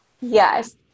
Yes